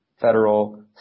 federal